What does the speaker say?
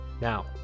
Now